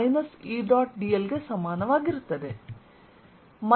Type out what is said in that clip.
minus E ಎಂದರೇನು